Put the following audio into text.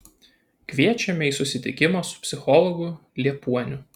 kviečiame į susitikimą su psichologu liepuoniu